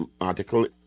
article